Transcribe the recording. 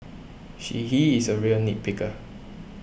she he is a real nit picker